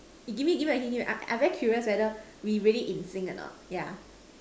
give me give me a I really curious whether we really in sync or not yeah